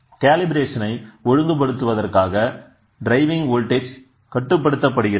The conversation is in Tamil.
கேலிப்ரேஷனை ஒழுங்குப்படுத்துவதற்காக டிரைவிங் வோல்டேஜ் கட்டுப்படுத்தப்படுகிறது